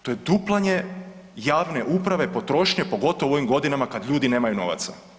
To je duplanje javne uprave, potrošnje, pogotovo u ovim godinama kad ljudi nemaju novaca.